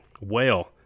Whale